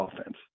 offense